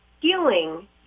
healing